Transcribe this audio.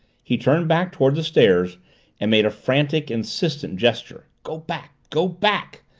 he turned back toward the stairs and made a frantic, insistent gesture go back, go back!